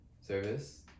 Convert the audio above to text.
service